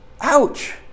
Ouch